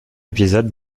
épisode